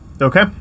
Okay